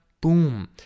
boom